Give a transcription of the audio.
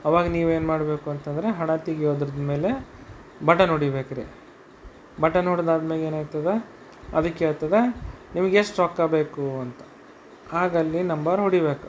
ಆವಾಗ ನೀವು ಏನು ಮಾಡಬೇಕು ಅಂತಂದ್ರೆ ಹಣ ತೆಗಿಯುದ್ದರ ಮೇಲೆ ಬಟನ್ ಹೊಡಿಬೇಕ್ರಿ ಬಟನ್ ಹೊಡ್ದು ಆದ್ಮೇಗ ಏನಾಗ್ತದ ಅದು ಕೇಳ್ತದೆ ನಿಮಗೆ ಎಷ್ಟು ರೊಕ್ಕ ಬೇಕು ಅಂತ ಆಗಲ್ಲ ನಂಬರ್ ಹೊಡಿಬೇಕು